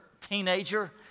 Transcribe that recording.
teenager